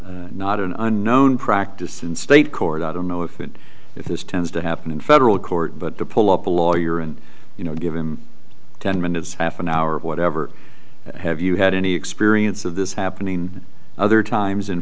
not not an unknown practice in state court i don't know if it if this tends to happen in federal court but to pull up a lawyer and you know give him ten minutes half an hour or whatever have you had any experience of this happening other times in